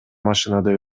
машинада